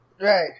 Right